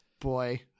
Boy